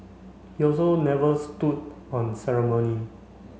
he also never stood on ceremony